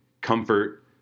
comfort